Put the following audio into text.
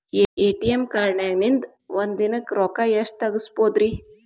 ATM ಕಾರ್ಡ್ನ್ಯಾಗಿನ್ದ್ ಒಂದ್ ದಿನಕ್ಕ್ ಎಷ್ಟ ರೊಕ್ಕಾ ತೆಗಸ್ಬೋದ್ರಿ?